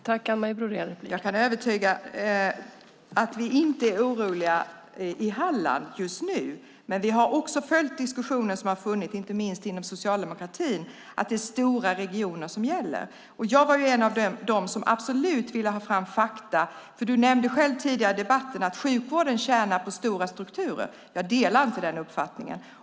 Fru talman! Jag kan försäkra att vi inte är oroliga i Halland just nu, men vi har följt diskussionen som har funnits inte minst inom socialdemokratin om att det är stora regioner som gäller. Jag var en av dem som absolut ville ha fram fakta. Phia, du nämnde själv tidigare i debatten att sjukvården tjänar på stora strukturer. Jag delar inte den uppfattningen.